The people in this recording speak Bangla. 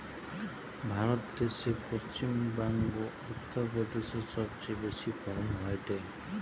ভারত দ্যাশে পশ্চিম বংগো, উত্তর প্রদেশে সবচেয়ে বেশি ফলন হয়টে